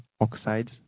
oxides